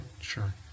sure